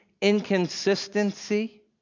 inconsistency